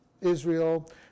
Israel